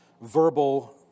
verbal